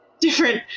different